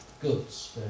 goods